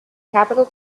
capital